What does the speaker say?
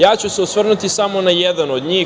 Ja ću se osvrnuti samo na jedan od njih.